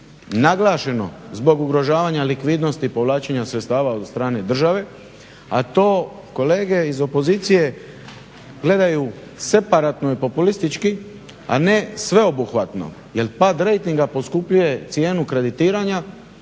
naglašeno zbog ugrožavanja likvidnosti, povlačenja sredstava od strane države, a to kolege iz opozicije gledaju separatno i populistički, a ne sveobuhvatno jer pad rejtinga poskupljuje cijenu kreditiranja